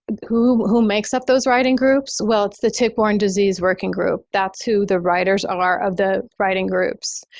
who who makes up those writing groups? well, it's the tick-borne disease working group. that's who the writers are of the writing groups.